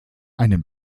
einen